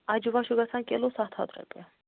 اَجوا چھِ گژھان کِلوٗ سَتھ ہَتھ رۄپیہِ